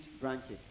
branches